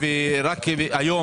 זה לא אותו דבר.